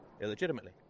illegitimately